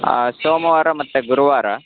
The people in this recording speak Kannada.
ಹಾಂ ಸೋಮವಾರ ಮತ್ತು ಗುರುವಾರ